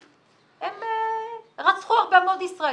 הם רצחו הרבה מאוד ישראלים,